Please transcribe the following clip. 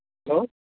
hello